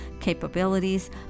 capabilities